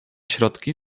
środki